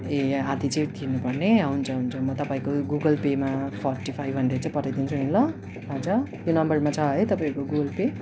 ए आधा चाहिँ तिर्नुपर्ने हुन्छ हुन्छ म तपाईँको गुगल पेमा फोर्टी फाइभ हन्ड्रेड चाहिँ पठाइदिन्छु नि ल हुन्छ यो नम्बरमा छ है तपाईँको गुगल पे